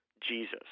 Jesus